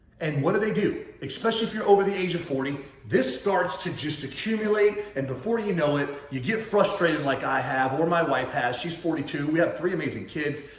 and what do they do? especially if you're over the age of forty, this starts to just accumulate. and before you know it, you get frustrated like i have or my wife has. she's forty two. we have three amazing kids.